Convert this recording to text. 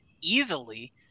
easily